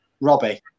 Robbie